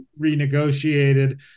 renegotiated